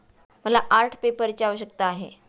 मला आर्ट पेपरची आवश्यकता आहे